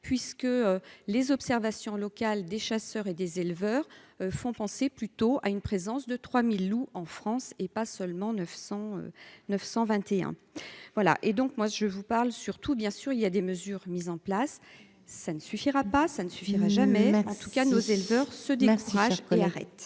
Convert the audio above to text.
puisque les observations locales des chasseurs et des éleveurs font penser plutôt à une présence de 3000 loups en France et pas seulement 900 921 voilà et donc moi je vous parle, surtout, bien sûr, il y a des mesures mises en place, ça ne suffira pas ça. Suffira jamais, en tout cas nos éleveurs se la Strache que l'arrête